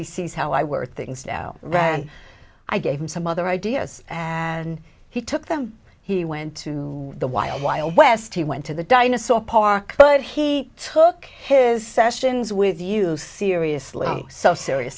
he sees how i word things now right and i gave him some other ideas and he took them he went to the wild wild west he went to the dinosaur park but he took his sessions with you seriously so serious